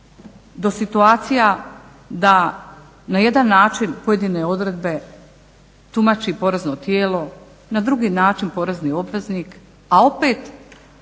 do situacija da na jedan način pojedine odredbe tumači porezno tijelo, na drugi način porezni obveznik, a opet